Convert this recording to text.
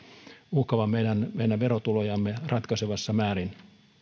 meidän verotulojamme ratkaisevassa määrin